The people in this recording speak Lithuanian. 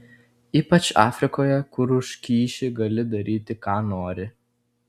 ypač afrikoje kur už kyšį gali daryti ką nori